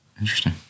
Interesting